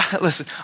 Listen